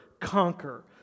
conquer